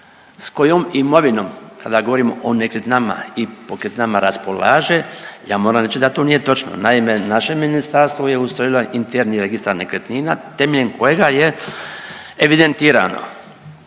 s kojom imovinom kada govorimo o nekretninama i pokretninama raspolaže ja moram reći da to nije točno. Naime, naše ministarstvo je ustrojilo interni registar nekretnina temeljem kojega je evidentirano